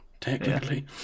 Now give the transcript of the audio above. Technically